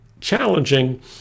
challenging